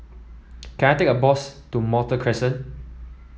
can I take a bus to Malta Crescent